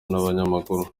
n’abanyamakuru